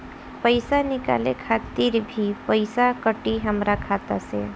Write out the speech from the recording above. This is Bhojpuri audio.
पईसा निकाले खातिर भी पईसा कटी हमरा खाता से?